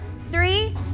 three